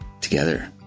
together